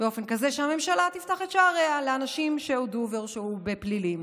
באופן כזה שהממשלה תפתח את שעריה לאנשים שהודו והורשעו בפלילים.